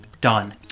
done